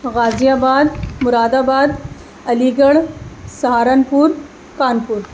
غازی آباد Moradabad Aligarh Saharanpur Kanpur